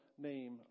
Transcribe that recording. name